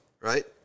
right